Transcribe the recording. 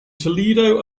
toledo